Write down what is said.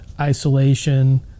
isolation